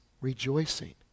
rejoicing